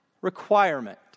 requirement